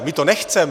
My to nechceme.